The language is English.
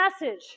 message